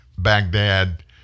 Baghdad